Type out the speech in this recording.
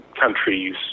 countries